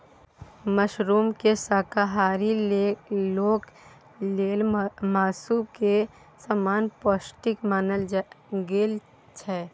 मशरूमकेँ शाकाहारी लोक लेल मासु केर समान पौष्टिक मानल गेल छै